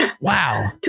wow